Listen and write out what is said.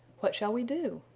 what shall we do?